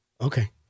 okay